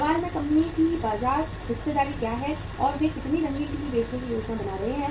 सवाल में कंपनी की बाजार हिस्सेदारी क्या है और वे कितने रंगीन टीवी बेचने की योजना बना रहे हैं